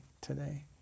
today